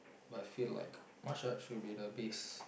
but feel like martial art should be the base